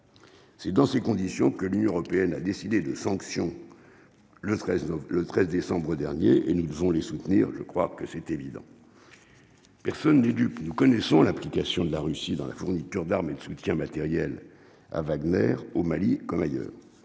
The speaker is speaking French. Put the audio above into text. C'est dans ces conditions que l'Union européenne a décidé de sanction le 13 le 13 décembre dernier et nous devons les soutenir, je crois que c'est évident, personne n'est dupe, nous connaissons l'application de la Russie dans la fourniture d'armes et de soutien matériel à Wagner au Mali comme ailleurs